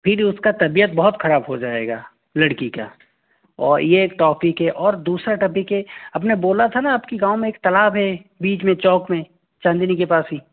फिर उस का तबियत बहुत ख़राब हो जाएगा लड़की का और यह एक टॉपिक है और दूसरा टॉपिक यह आप ने बोला था न आप के गाँव में एक तालाब है बीच में चौक में चांदनी के पास ही